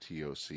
TOC